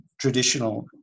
traditional